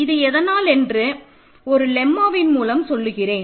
இது எதனால் என்று ஒரு லெம்மாவின் மூலம் சொல்லுகிறேன்